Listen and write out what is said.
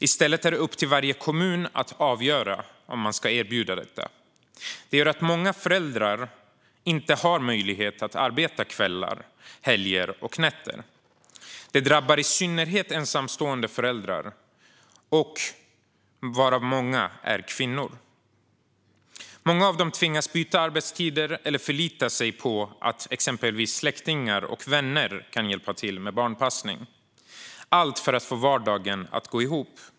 I stället är det upp till varje kommun att avgöra om man ska erbjuda detta. Det gör att många föräldrar inte har möjlighet att arbeta kvällar, helger och nätter. Det drabbar i synnerhet ensamstående föräldrar, varav många är kvinnor. Många av dem tvingas byta arbetstider eller förlita sig på att exempelvis släktingar och vänner kan hjälpa till med barnpassning - allt för att få vardagen att gå ihop.